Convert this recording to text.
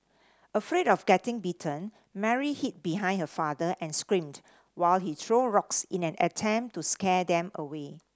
afraid of getting bitten Mary hid behind her father and screamed while he threw rocks in an attempt to scare them away